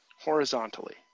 horizontally